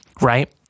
right